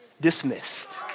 dismissed